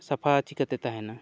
ᱥᱟᱯᱷᱟ ᱪᱤᱠᱟᱹᱛᱮ ᱛᱟᱦᱮᱱᱟ